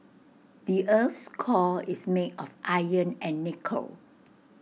the Earth's core is made of iron and nickel